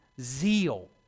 zeal